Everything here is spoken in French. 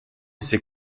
s’est